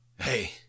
Hey